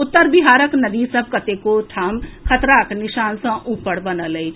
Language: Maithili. उत्तर बिहारक नदी सभ कतेको स्थान पर खतराक निशान सॅ ऊपर बनल अछि